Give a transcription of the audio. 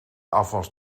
afwas